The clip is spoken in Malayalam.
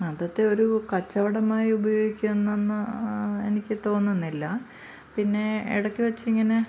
അതൊക്കെ ഒരു കച്ചവടമായി ഉപയോഗിക്കുന്നു എന്ന് എനിക്ക് തോന്നുന്നില്ല പിന്നെ ഇടയ്ക്ക് വച്ചിങ്ങനെ